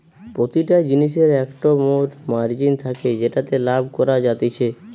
প্রতিটা জিনিসের একটো মোর মার্জিন থাকে যেটাতে লাভ করা যাতিছে